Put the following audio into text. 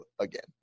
again